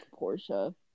Porsche